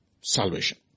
salvation